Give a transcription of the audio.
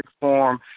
form